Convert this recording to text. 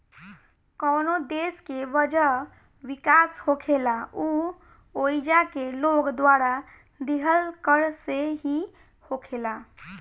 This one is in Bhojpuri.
कवनो देश के वजह विकास होखेला उ ओइजा के लोग द्वारा दीहल कर से ही होखेला